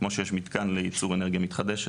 כמו שיש מתקן לייצור אנרגיה מתחדשת,